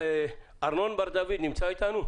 ארנון בר דוד נמצא איתנו?